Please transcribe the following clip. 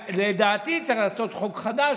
ולדעתי צריך לעשות חוק חדש,